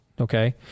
okay